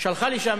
שלחה לשם,